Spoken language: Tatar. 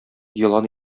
елан